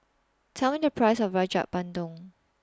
Tell Me The Price of Rojak Bandung